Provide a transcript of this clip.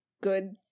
good